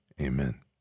amen